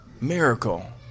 miracle